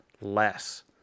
less